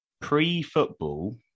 Pre-football